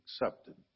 accepted